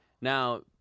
now